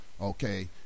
okay